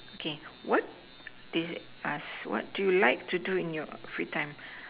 okay what is it what do you like to do in your free time